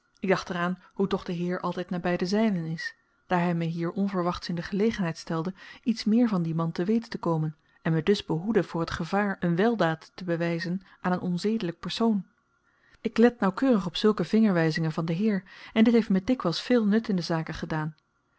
ik dacht er aan hoe toch de heer altyd naby de zynen is daar hy me hier onverwachts in de gelegenheid stelde iets meer van dien man te weten te komen en me dus behoedde voor t gevaar een weldaad te bewyzen aan een onzedelyk persoon ik let nauwkeurig op zulke vingerwyzingen van den heer en dit heeft me dikwyls veel nut in de zaken gedaan